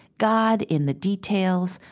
god in the details,